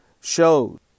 showed